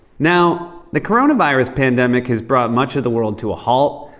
now, the coronavirus pandemic has brought much of the world to a halt,